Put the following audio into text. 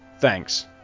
Thanks